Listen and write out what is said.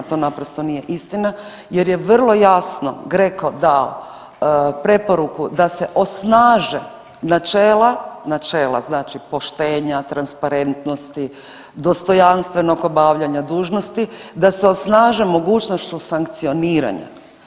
To naprosto nije istina jer je vrlo jasno GRECO dao preporuku da se osnaže načela, načela znači poštenja, transparentnosti, dostojanstvenog obavljanja dužnosti, da se osnaže mogućnošću sankcioniranja.